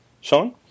Sean